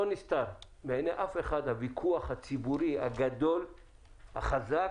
לא נסתר בעיני אף אחד הוויכוח הציבורי הגדול והחזק